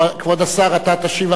אתה תשיב אחרי מגלי והבה.